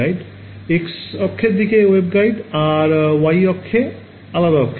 x অক্ষের দিকে waveguide আর y হবে আলাদা অক্ষ